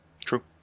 True